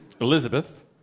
Elizabeth